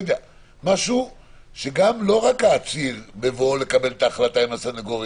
משהו שלא רק העציר בבואו לקבל את ההחלטה עם הסנגור,